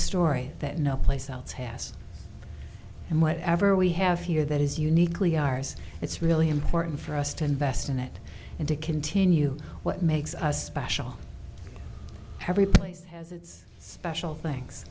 story that no place else has and whatever we have here that is uniquely ours it's really important for us to invest in it and to continue what makes us special every place has its special